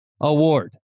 Award